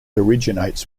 originates